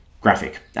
Graphic